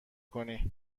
کنی